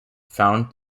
found